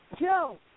Joe